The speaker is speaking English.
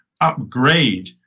upgrade